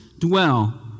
dwell